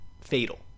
fatal